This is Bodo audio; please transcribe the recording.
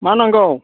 मा नांगौ